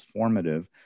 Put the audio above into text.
transformative